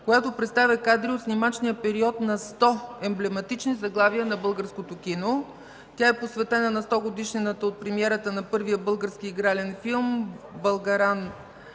която представя кадри от снимачния период на 100 емблематични заглавия на българското кино. Тя е посветена на 100-годишнината от премиерата на първия български игрален филм „Българан